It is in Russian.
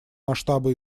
масштабы